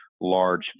large